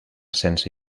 sense